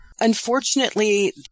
Unfortunately